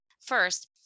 First